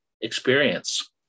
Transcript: experience